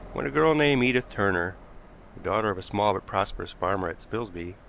when a girl named edith turner, the daughter of a small but prosperous farmer at spilsby,